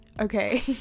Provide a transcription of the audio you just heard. okay